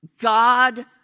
God